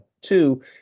Two